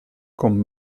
con